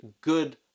good